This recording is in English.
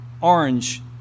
orange